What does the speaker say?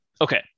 Okay